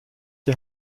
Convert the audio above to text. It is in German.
die